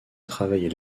travailler